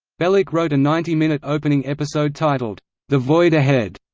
bellak wrote a ninety-minute opening episode titled the void ahead,